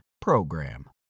PROGRAM